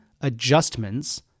adjustments